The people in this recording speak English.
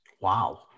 wow